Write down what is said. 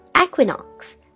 Equinox